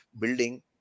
building